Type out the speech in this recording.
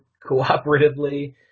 cooperatively